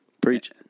Preach